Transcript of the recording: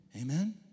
Amen